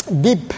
deep